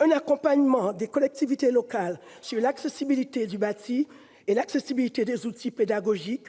un accompagnement des collectivités locales sur l'accessibilité du bâti et des outils pédagogiques,